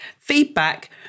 feedback